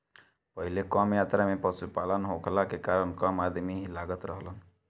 पहिले कम मात्रा में पशुपालन होखला के कारण कम अदमी ही लागत रहलन